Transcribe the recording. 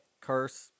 curse